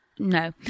no